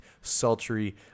sultry